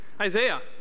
Isaiah